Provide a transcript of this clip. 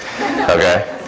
Okay